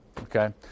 okay